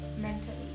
mentally